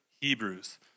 Hebrews